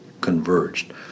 converged